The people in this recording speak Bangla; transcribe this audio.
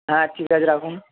হ্যাঁ ঠিক আছে রাখুন